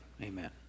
amen